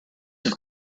have